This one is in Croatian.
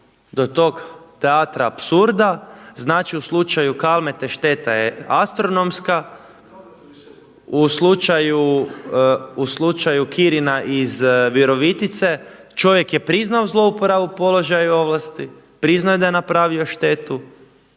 do tog teatra apsurda, znači u slučaju Kalmete šteta je astronomska, u slučaju Kirina iz Virovitice, čovjek je priznao zlouporabu položaja i ovlasti, priznao je da je napravio štetu.